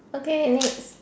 okay next